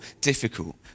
difficult